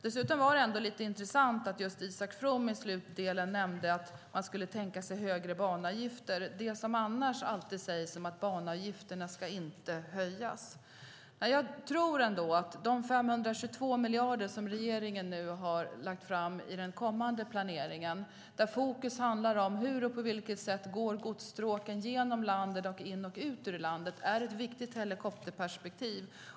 Dessutom var det lite intressant att Isak From i slutdelen nämnde att man skulle kunna tänka sig högre banavgifter. Det sägs annars alltid att banavgifterna inte ska höjas. Regeringen har nu avsatt 522 miljarder i den kommande planeringen. Fokus handlar om hur och på vilket sätt godsstråken går genom landet och in och ut ur landet. Det är ett viktigt helikopterperspektiv.